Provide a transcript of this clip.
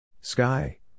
Sky